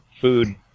food